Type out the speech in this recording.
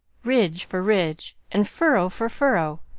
ridge for ridge, and furrow for furrow,